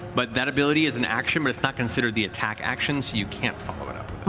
but that ability is an action, but it's not considered the attack action, so you can't follow it up.